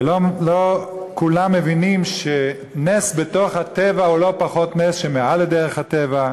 ולא כולם מבינים שנס בתוך הטבע הוא לא פחות מנס שמעל לדרך הטבע.